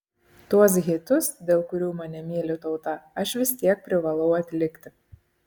tuos hitus dėl kurių mane myli tauta aš vis tiek privalau atlikti